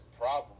problem